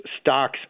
stocks